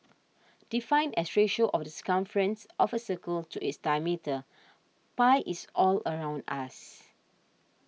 defined as ratio of the circumference of a circle to its diameter pi is all around us